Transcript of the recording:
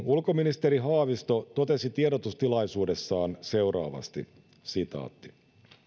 ulkoministeri haavisto taas totesi tiedotustilaisuudessaan seuraavasti